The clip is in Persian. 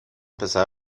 پسر